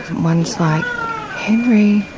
ones like henry,